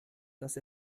dass